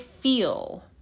feel